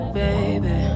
baby